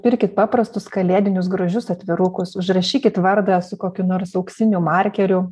pirkit paprastus kalėdinius gražius atvirukus užrašykit vardą su kokiu nors auksiniu markeriu